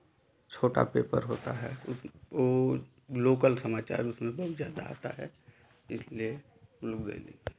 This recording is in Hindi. छोटा पेपर होता है उसमें वो लोकल समाचार उसमें बहुत ज़्यादा आता है इसलिए लोग दैनिक